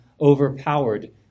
overpowered